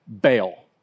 bail